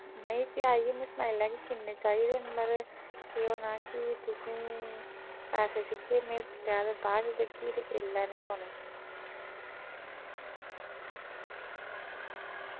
में इत्थें आई दी में सनाई ओड़गी किन्ने चाहिदे न मगर केह् होना कि तुसेंगी पैसे में इसदे में ब्याह् दे बाद देगी ऐल्लै निं थ्होने